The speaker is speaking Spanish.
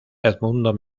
edmundo